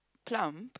plump